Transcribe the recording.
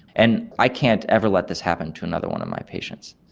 and i can't ever let this happen to another one of my patients.